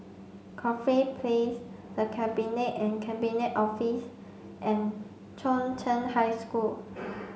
Corfe Place The Cabinet and Cabinet Office and Chung Cheng High School